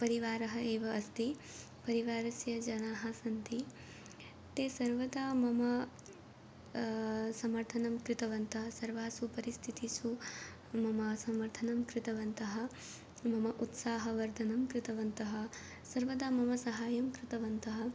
परिवारः एव अस्ति परिवारस्य जनाः सन्ति ते सर्वदा मम समर्थनं कृतवन्तः सर्वासु परिस्थितिषु मम समर्थनं कृतवन्तः मम उत्साहवर्धनं कृतवन्तः सर्वदा मम साहाय्यं कृतवन्तः